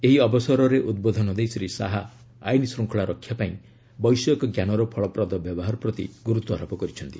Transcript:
ଏହି ଅବସରରେ ଉଦ୍ବୋଧନ ଦେଇ ଶ୍ରୀ ଶାହା ଆଇନ ଶ୍ଚଙ୍ଖଳା ରକ୍ଷାପାଇଁ ବୈଷୟିକ ଜ୍ଞାନର ଫଳପ୍ରଦ ବ୍ୟବହାର ପ୍ରତି ଗୁରୁତ୍ୱାରୋପ କରିଛନ୍ତି